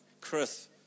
Chris